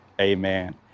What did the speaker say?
amen